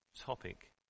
topic